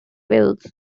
wills